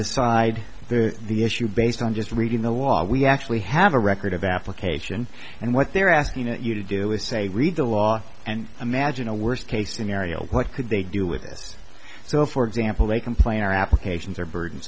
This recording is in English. decide the issue based on just reading the law we actually have a record of application and what they're asking you to do is say read the law and imagine a worst case scenario what could they do with this so for example they complain our applications